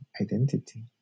identity